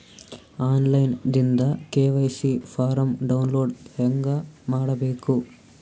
On line ದಿಂದ KYC form download ಹೇಂಗ ಮಾಡಬೇಕು?